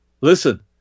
listen